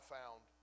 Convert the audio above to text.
found